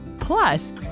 Plus